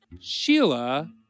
Sheila